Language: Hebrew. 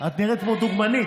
את נראית כמו דוגמנית,